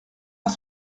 pas